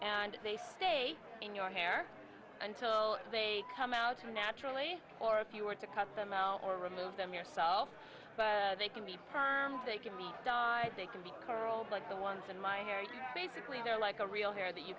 and they stay in your hair until they come out so naturally or if you were to cut them out or remove them yourself but they can be permed they can be gone they can be curled like the ones in my hair you basically they're like a real hair that you